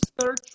search